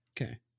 Okay